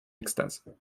extase